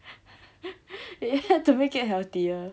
ya to make it healthier